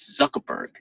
Zuckerberg